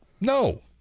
No